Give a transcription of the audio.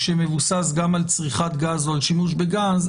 המבוסס גם על צריכת גז או על שימוש בגז,